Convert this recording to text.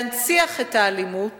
להנציח את האלימות